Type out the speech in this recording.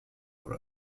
for